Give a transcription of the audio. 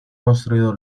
construido